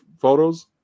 photos